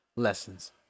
Lessons